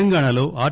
తెలంగాణ లో ఆర్